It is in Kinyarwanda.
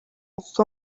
kuko